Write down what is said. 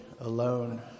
alone